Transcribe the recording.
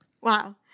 Wow